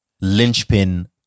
linchpin